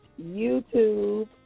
YouTube